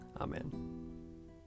Amen